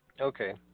Okay